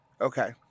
Okay